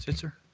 sir?